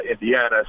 Indiana